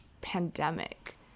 pandemic